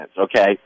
okay